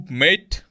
mate